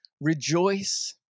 rejoice